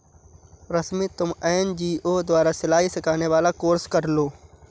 रश्मि तुम एन.जी.ओ द्वारा सिलाई सिखाने वाला कोर्स कर लो